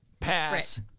pass